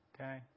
okay